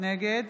נגד